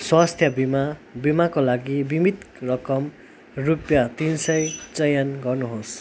स्वास्थ्य बिमा बिमाको लागि बिमित रकम रुपियाँ तिन सय चयन गर्नुहोस्